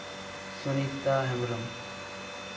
Sunita Hembrom